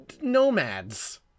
nomads